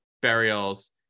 burials